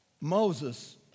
moses